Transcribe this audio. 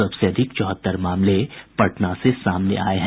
सबसे अधिक चौहत्तर मामले पटना से सामने आये हैं